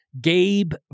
Gabe